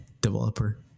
developer